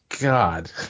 God